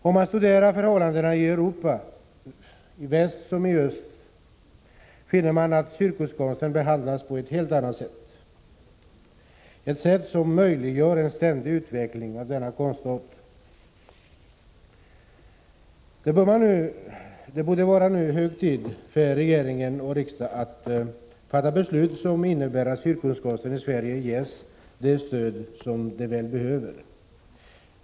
Om man studerar förhållandena i Europa — i väst som i öst — finner man att cirkuskonsten behandlas på ett helt annat sätt, ett sätt som möjliggör en ständig utveckling av denna konstart. Det borde vara hög tid för regering och riksdag att fatta beslut som innebär att cirkuskonsten i Sverige ges det stöd som den väl behöver.